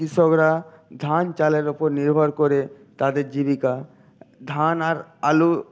কৃষকরা ধান চালের উপর নির্ভর করে তাদের জীবিকা ধান আর আলু